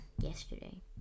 yesterday